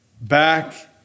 back